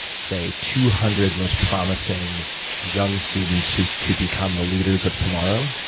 say, two hundred most promising young students who could become the leaders of tomorrow,